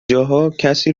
جاها، کسی